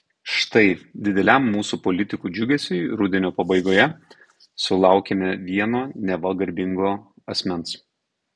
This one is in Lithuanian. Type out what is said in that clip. štai dideliam mūsų politikų džiugesiui rudenio pabaigoje sulaukėme vieno neva garbingo asmens